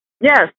Yes